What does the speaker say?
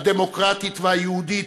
הדמוקרטית והיהודית,